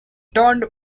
turned